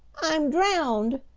i'm drowned!